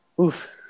Oof